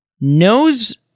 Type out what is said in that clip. knows